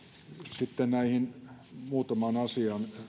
sitten näihin muutamaan asiaan